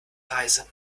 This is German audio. reise